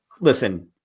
listen